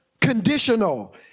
conditional